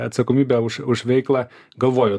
atsakomybę už už veiklą galvojo